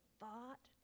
thought